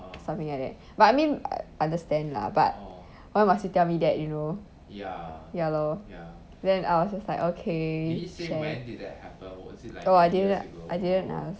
something like that but I mean I understand lah but why must you tell me that you know ya lor then I was just like okay share oh I didn't I didn't ask